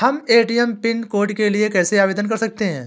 हम ATM pin code के लिए कैसे आवेदन कर सकते हैं?